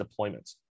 deployments